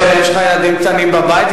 והיות שיש לך ילדים קטנים בבית,